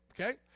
okay